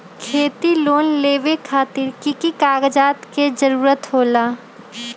खेती लोन लेबे खातिर की की कागजात के जरूरत होला?